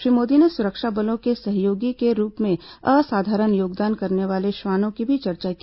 श्री मोदी ने सुरक्षाबलों के सहयोगी के रूप में असाधारण योगदान करने वाले श्वानों की भी चर्चा की